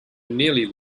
nearly